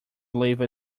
leave